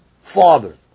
father